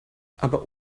aber